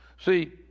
See